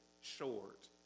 short